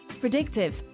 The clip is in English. Predictive